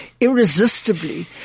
irresistibly